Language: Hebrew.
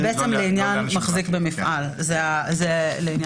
שזה יהיה דרגה ב', ולעניין מחזיק במפעל, כי